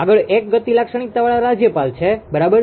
આગળ એક ગતિ લાક્ષણિકતાઓવાળા રાજ્યપાલ છે બરાબર